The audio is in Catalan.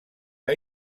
que